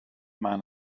man